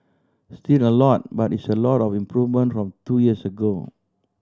still a lot but it's a lot of improvement from two years ago